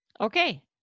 Okay